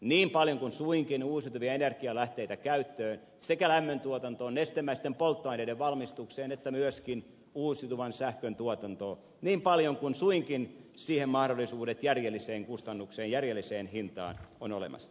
niin paljon uusiutuvia energialähteitä käyttöön sekä lämmöntuotantoon nestemäisten polttoaineiden valmistukseen että myöskin uusiutuvaan sähköntuotantoon kuin suinkin mahdollisuudet järjelliseen kustannukseen järjelliseen hintaan ovat olemassa